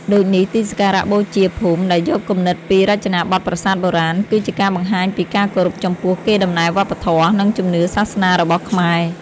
ដូចនេះ ទីសក្ការៈបូជាភូមិដែលយកគំនិតពីរចនាបថប្រាសាទបុរាណ គឺជាការបង្ហាញពីការគោរពចំពោះកេរដំណែលវប្បធម៌ និងជំនឿសាសនារបស់ខ្មែរ។